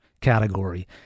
category